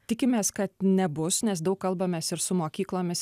tikimės kad nebus nes daug kalbamės ir su mokyklomis